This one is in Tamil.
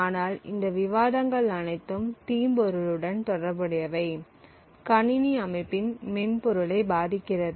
ஆனால் இந்த விவாதங்கள் அனைத்தும் தீம்பொருளுடன் தொடர்புடையவை கணிணி அமைப்பின் மென்பொருளை பாதிக்கிறது